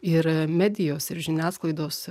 ir medijos ir žiniasklaidos